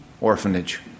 orphanage